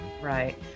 Right